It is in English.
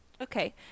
Okay